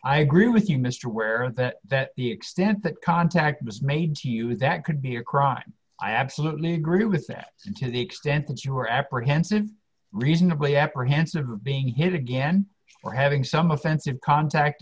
i agree with you mr ware and that that the extent that contact was made to you that could be a crime i absolutely agree with that to the extent that you were apprehensive reasonably apprehensive of being hit again or having some offensive contact